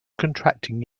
contracting